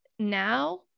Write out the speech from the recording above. Now